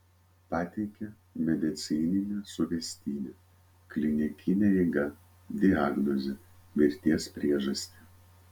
pateikė medicininę suvestinę klinikinę eigą diagnozę mirties priežastį